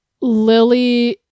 Lily